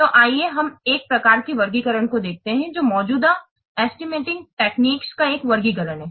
तो आइए हम एक प्रकार के वर्गीकरण को देखते हैं जो मौजूदा एस्टिमॅटिंग मेथड्स का एक वर्गीकरण है